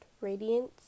Radiance